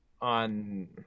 on